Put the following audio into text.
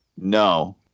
No